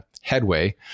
headway